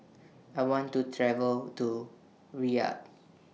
I want to travel to Riyadh